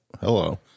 Hello